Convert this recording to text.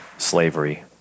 slavery